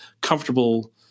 comfortable